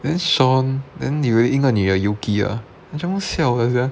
then sean then 有一个女的 yuki ah 全部 siao 的 sia